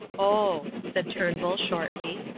oh! said turnbull shortly.